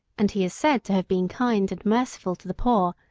and he is said to have been kind and merciful to the poor,